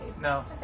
No